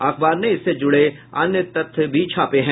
अखबार ने इससे जुड़े अन्य तथ्य भी छापे हैं